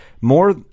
more